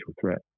threat